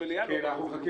אנחנו לא מצליחים